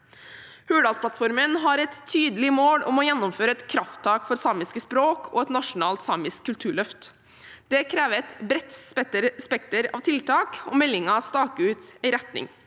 Hurdalsplattformen har et tydelig mål om å gjennomføre et krafttak for samiske språk og et nasjonalt samisk kulturløft. Det krever et bredt spekter av tiltak, og meldingen staker ut en retning: